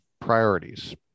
priorities